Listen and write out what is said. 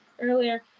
Earlier